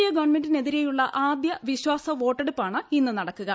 A ഗവൺമെന്റിനെതിരെയുള്ള ആദ്യ വിശ്വാസ വോട്ടെടുപ്പാണ് ഇന്ന് നടക്കുക